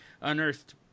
unearthed